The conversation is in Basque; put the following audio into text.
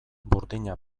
burdina